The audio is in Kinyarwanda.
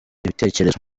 ibitekerezo